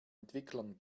entwicklern